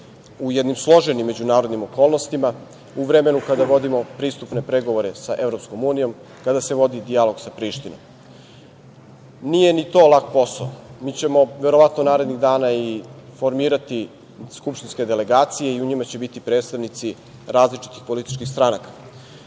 u jednim složenim međunarodnim okolnostima u vremenu kada vodimo pristupne pregovore sa EU, kada se vodi dijalog sa Prištinom. Nije ni to lak posao. Mi ćemo verovatno narednih dana formirati skupštine delegacije i u njima će biti predstavnici različitih političkih stranaka.